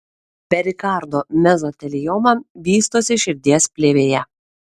perikardo mezotelioma vystosi širdies plėvėje